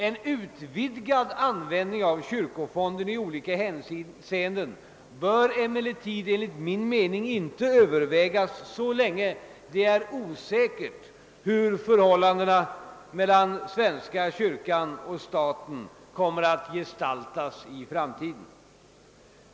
En utvidgad användning av kyrkofonden i olika hänseenden bör emellertid enligt min mening inte övervägas, så länge det är osäkert hur förhållandet mellan svenska kyrkan och staten kommer att gestaltas i framtiden.